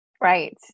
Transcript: Right